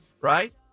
right